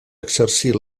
exercir